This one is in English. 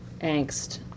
angst